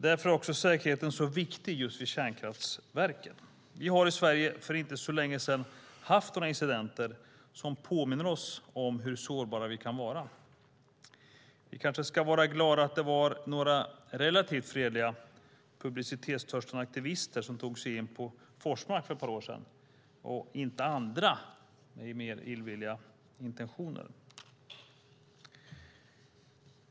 Därför är säkerheten vid kärnkraftverken så viktig. I Sverige hade vi för inte så länge sedan några incidenter som påminde oss om hur sårbara vi är. Vi kan vara glada att det var några relativt fredliga, publicitetstörstande aktivister som tog sig in på Forsmark för ett par år sedan och inte andra med mer illvilliga intentioner.